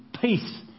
peace